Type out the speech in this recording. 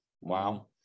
Wow